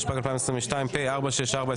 התשפ"ג 2022 (פ/464/25),